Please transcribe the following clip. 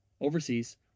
overseas